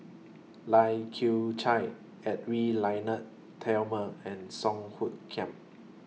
Lai Kew Chai Edwy Lyonet Talma and Song Hoot Kiam